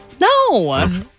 No